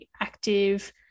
active